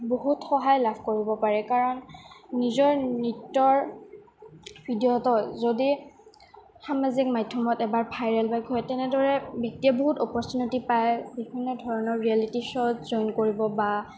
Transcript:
বহুত সহায় লাভ কৰিব পাৰে কাৰণ নিজৰ নৃত্যৰ ভিডিঅ'টোত যদি সামাজিক মাধ্যমত এবাৰ ভাইৰেল হয় তেনেদৰে ব্যিত্তিয়ে বহুত অপৰচুনিটি পায় বিভিন্ন ধৰণৰ ৰিয়েলিটি শ্ব'ত জইন কৰিব বা